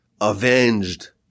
avenged